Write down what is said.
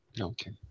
Okay